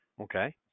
Okay